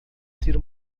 ter